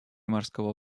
морского